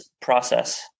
process